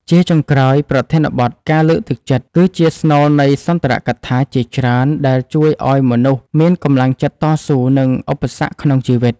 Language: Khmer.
ជាចុងក្រោយ ប្រធានបទ ការលើកទឹកចិត្ត គឺជាស្នូលនៃសន្ទរកថាជាច្រើន ដែលជួយឱ្យមនុស្សមានកម្លាំងចិត្តតស៊ូនឹងឧបសគ្គក្នុងជីវិត។